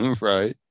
right